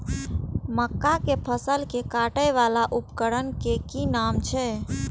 मक्का के फसल कै काटय वाला उपकरण के कि नाम छै?